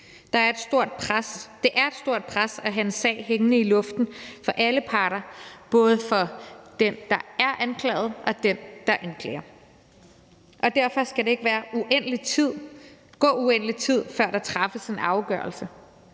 Det er et stort pres at have en sag hængende over hovedet for alle parter, både for den, der er anklaget, og den, der anklager. Derfor skal der ikke gå uendelig tid, før der træffes en afgørelse.